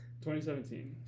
2017